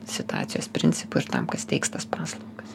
situacijos principu ir tam kas teiks tas paslaugas